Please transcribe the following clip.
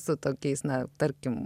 su tokiais na tarkim